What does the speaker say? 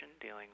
dealing